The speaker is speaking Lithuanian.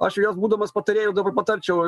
aš jos būdamas patarėju dabar patarčiau